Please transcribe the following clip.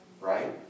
right